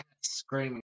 screaming